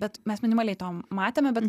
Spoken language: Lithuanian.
bet mes minimaliai tom matėme bet